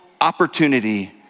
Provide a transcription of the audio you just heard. opportunity